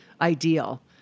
ideal